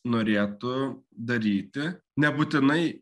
norėtų daryti nebūtinai